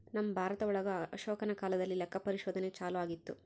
ನಮ್ ಭಾರತ ಒಳಗ ಅಶೋಕನ ಕಾಲದಲ್ಲಿ ಲೆಕ್ಕ ಪರಿಶೋಧನೆ ಚಾಲೂ ಆಗಿತ್ತು